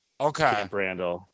Okay